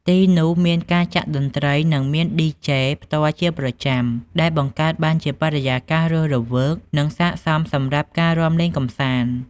ទីនោះមានការចាក់តន្ត្រី និងមាន ឌីជេ (DJ) ផ្ទាល់ជាប្រចាំ ដែលបង្កើតបានជាបរិយាកាសរស់រវើក និងស័ក្តិសមសម្រាប់ការរាំលេងកម្សាន្ត។